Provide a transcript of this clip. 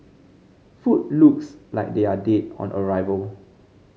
food looks like they are dead on arrival